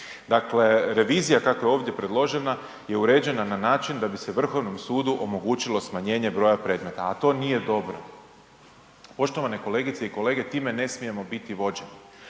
Dakle, revizija kako je ovdje predložena je uređena na način da bi se Vrhovnom sudu omogućilo smanjenje broja predmeta, a to nije dobro. Poštovani kolegice i kolege time ne smijemo biti vođe,